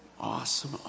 Awesome